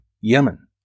Yemen